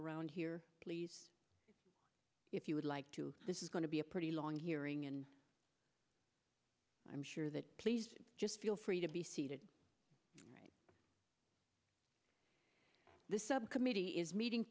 around here please if you would like to this is going to be a pretty long hearing and i'm sure that please just feel free to be seated right this subcommittee is meeting